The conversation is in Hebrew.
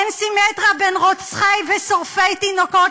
אין סימטריה בין רוצחי ושורפי תינוקות